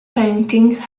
painting